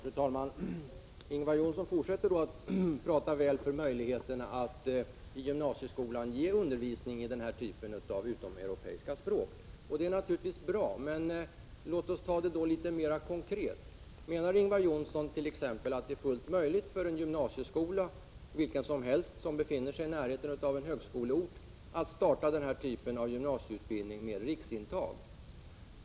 Fru talman! Ingvar Johnsson fortsätter att tala väl för möjligheterna att i gymnasieskolan ge undervisning i utomeuropeiska språk. Det är naturligtvis bra, men låt oss se litet mera konkret på frågan. Menar Ingvar Johnsson att det är fullt möjligt för vilken gymnasieskola som helst som befinner sig i närheten av en högskoleort att starta denna typ av gymnasieutbildning med riksintag?